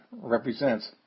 represents